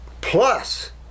plus